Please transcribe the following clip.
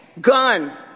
gun